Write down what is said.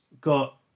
Got